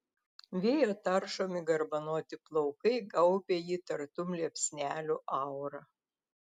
vėjo taršomi garbanoti plaukai gaubia jį tartum liepsnelių aura